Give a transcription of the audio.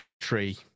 tree